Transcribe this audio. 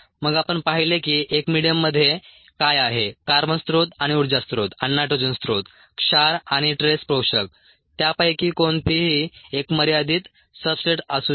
मग आपण पाहिले की एका मिडीयममध्ये काय आहे कार्बन स्त्रोत आणि उर्जा स्त्रोत आणि नायट्रोजन स्त्रोत क्षार आणि ट्रेस पोषक त्यापैकी कोणतेही एक मर्यादित सब्सट्रेट असू शकते